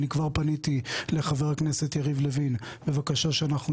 אני כבר פניתי לחבר הכנסת יריב לוין בבקשה שאנחנו